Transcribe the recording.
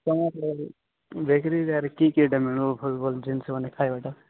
ହଁ କିଏ କିଏ ତୁମେ ଭଲ ଭଲ ଜିନିଷ ଖାଇବାଟା